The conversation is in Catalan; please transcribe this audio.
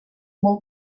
molt